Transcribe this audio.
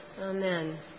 amen